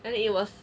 and it was